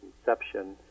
inception